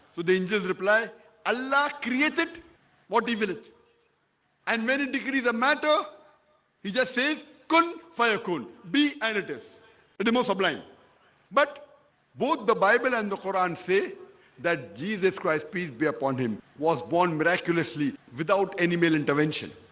the the angels reply allah ah like created what divinity and many degrees a matter he just saved saved couldn't fire could be and it is but the most of line but both the bible and the quran say that jesus christ peace be upon him was born miraculously without any male intervention